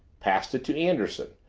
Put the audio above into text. passed it to anderson,